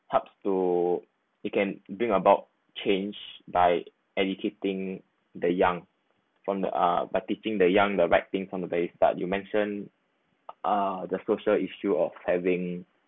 helps to it can bring about change by educating the young from the uh but teaching the young the right thing from the very start you mentioned uh the social issue of having